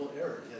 error